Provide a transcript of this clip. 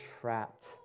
trapped